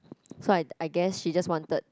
so I I guess she just wanted